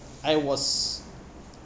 I was